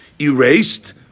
erased